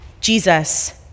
Jesus